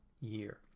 year